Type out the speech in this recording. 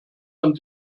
man